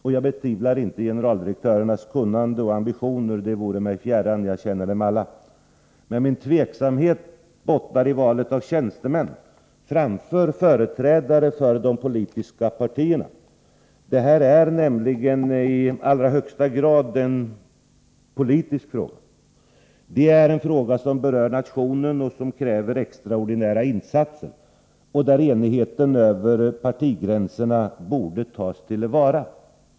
Jag betvivlar inte generaldirektörernas kunnande och ambition — det vore mig fjärran; jag känner dem alla — men min tveksamhet bottnar i valet av tjänstemän framför företrädare för de politiska partierna. Det här är nämligen i allra högsta grad en politisk fråga, en fråga som berör nationen, som kräver extraordinära insatser och där enigheten över partigränserna borde tas till vara.